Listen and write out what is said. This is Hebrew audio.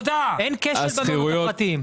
אין כשל במעונות הפרטיים.